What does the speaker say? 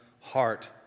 heart